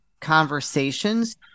conversations